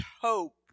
hope